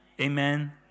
amen